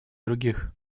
других